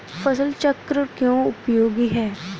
फसल चक्रण क्यों उपयोगी है?